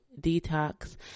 detox